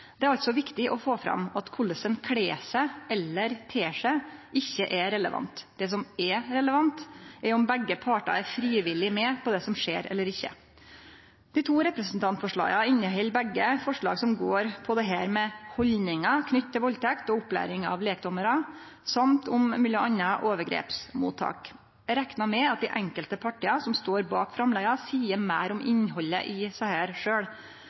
det vi gjer om vinteren. Det er viktig å få fram at korleis ein kler seg eller ter seg, ikkje er relevant. Det som er relevant, er om begge partar er frivillig med på det som skjer, eller ikkje. Dei to representantforslaga inneheld begge forslag som går på dette med haldningar knytte til valdtekt og opplæring av lekdommarar, og om m.a. overgrepsmottak. Eg reknar med at dei enkelte partia som står bak framlegga, seier sjølve meir om innhaldet i desse.